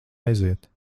aiziet